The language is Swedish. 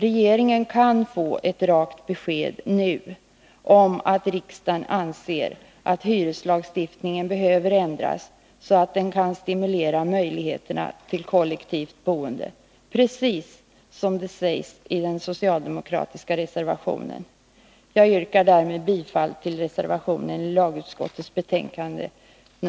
Regeringen kan få ett rakt besked nu om att riksdagen anser att hyreslagstiftningen behöver ändras så att den kan stimulera möjligheterna till kollektivt boende — precis som det sägs i den socialdemokratiska reservationen. Jag yrkar bifall till reservationen.